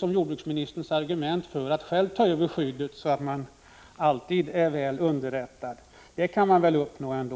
Jordbruksministerns argument för att man själv skall ta över skyddet var ju att man ville vara välunderrättad — men det kan väl uppnås ändå.